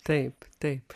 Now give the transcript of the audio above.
taip taip